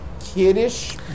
kiddish